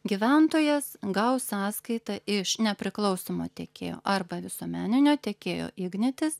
gyventojas gaus sąskaitą iš nepriklausomo tiekėjo arba visuomeninio tiekėjo ignitis